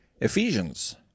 Ephesians